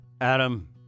Adam